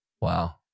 Wow